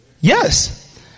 Yes